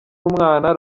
umwana